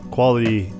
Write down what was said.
Quality